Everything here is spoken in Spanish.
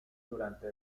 durante